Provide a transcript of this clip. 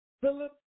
Philip